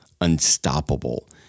Unstoppable